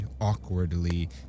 awkwardly